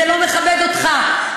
זה לא מכבד אותך,